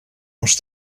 els